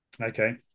Okay